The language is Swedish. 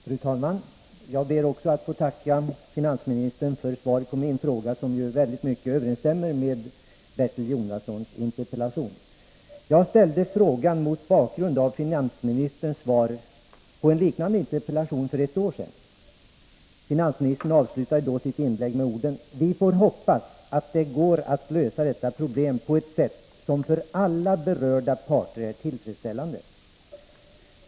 Fru talman! Jag ber att få tacka finansministern för svaret på min fråga, som i mycket överensstämmer med Bertil Jonassons interpellation. Jag ställde frågan mot bakgrund av finansministerns svar på en liknande interpellation för ett år sedan. Finansministern avslutade då sitt inlägg med orden: Vi får hoppas att det går att lösa detta problem på ett sätt som för alla berörda parter är tillfredsställande.